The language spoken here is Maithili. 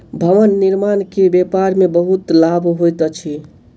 भवन निर्माण के व्यापार में बहुत लाभ होइत अछि